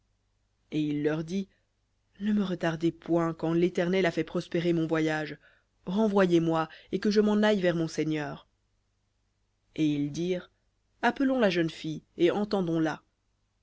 et il leur dit ne me retardez point quand l'éternel a fait prospérer mon voyage renvoyez-moi et que je m'en aille vers mon seigneur et ils dirent appelons la jeune fille et entendons la et